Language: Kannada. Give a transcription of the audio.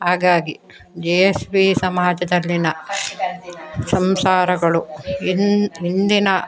ಹಾಗಾಗಿ ಜಿ ಎಸ್ ಬಿ ಸಮಾಜದಲ್ಲಿನ ಸಂಸಾರಗಳು ಇನ್ನು ಇಂದಿನ